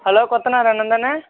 hello கொத்தனார் அண்ணன் தானே